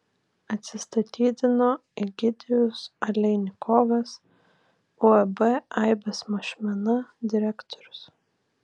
atsistatydino egidijus aleinikovas uab aibės mažmena direktorius